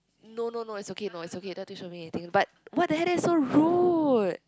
no no no it's okay no it's okay don't have to show me anything but what the heck that's so rude